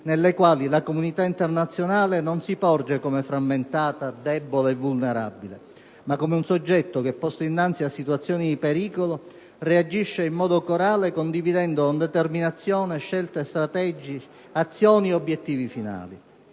nei quali la comunità internazionale non si porge come frammentata, debole e vulnerabile, ma come un soggetto che, posto innanzi a situazioni di pericolo, reagisce in modo corale, condividendo con determinazione scelte strategiche, azioni e obiettivi finali.